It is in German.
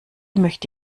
möchte